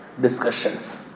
discussions